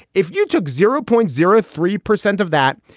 if you took zero point zero three percent of that,